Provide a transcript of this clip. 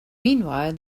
meanwhile